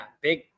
big